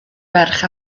ferch